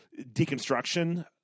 deconstruction